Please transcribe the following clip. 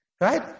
Right